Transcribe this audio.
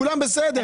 הכול בסדר.